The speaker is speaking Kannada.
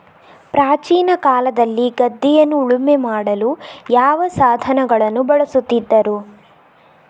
ಪ್ರಾಚೀನ ಕಾಲದಲ್ಲಿ ಗದ್ದೆಯನ್ನು ಉಳುಮೆ ಮಾಡಲು ಯಾವ ಸಾಧನಗಳನ್ನು ಬಳಸುತ್ತಿದ್ದರು?